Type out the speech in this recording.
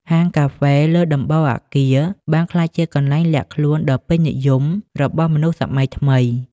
ហាងកាហ្វេលើដំបូលអគារ បានក្លាយជាកន្លែងលាក់ខ្លួនដ៏ពេញនិយមរបស់មនស្សសម័យថ្មី។